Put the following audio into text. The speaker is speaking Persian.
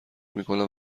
میکنم